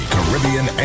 Caribbean